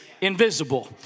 invisible